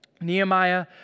Nehemiah